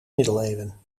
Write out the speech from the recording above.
middeleeuwen